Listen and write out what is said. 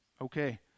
Okay